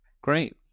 Great